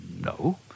No